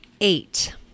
eight